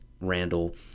Randall